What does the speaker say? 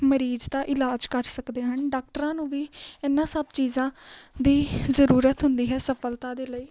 ਮਰੀਜ਼ ਦਾ ਇਲਾਜ ਕਰ ਸਕਦੇ ਹਨ ਡਾਕਟਰਾਂ ਨੂੰ ਵੀ ਇਹਨਾਂ ਸਭ ਚੀਜ਼ਾਂ ਦੀ ਜ਼ਰੂਰਤ ਹੁੰਦੀ ਹੈ ਸਫਲਤਾ ਦੇ ਲਈ